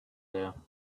there